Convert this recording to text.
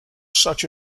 such